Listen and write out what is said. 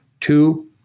Two